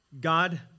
God